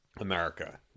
America